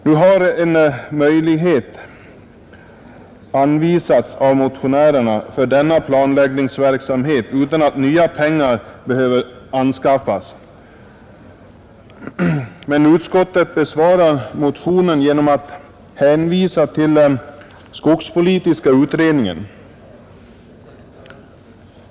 Som motionärer har vi anvisat en möjlighet för denna planläggningsverksamhet utan att nya pengar behöver anskaffas, men utskottet besvarar motionen genom att hänvisa till skogspolitiska utredningen.